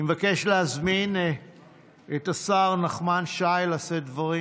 אני מבקש להזמין את השר נחמן שי לשאת דברים.